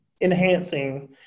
enhancing